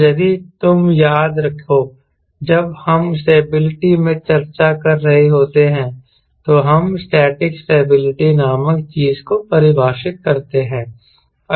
और यदि तुम याद रखें जब हम स्टेबिलिटी पर चर्चा कर रहे होते हैं तो हम स्टैटिक स्टेबिलिटी नामक चीज को परिभाषित करते हैं